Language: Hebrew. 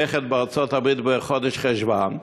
נכד בארצות-הברית בחודש חשוון,